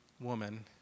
woman